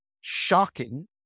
shocking